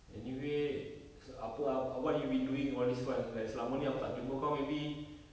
anyway se~ apa a~ what've you been doing all this while like selama ni aku tak jumpa kau maybe